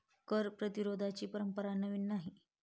कर प्रतिरोधाची परंपरा नवी नाही